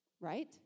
Right